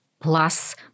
plus